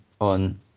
on